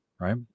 right